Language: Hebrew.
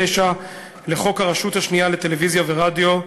39 לחוק הרשות השנייה לטלוויזיה ורדיו,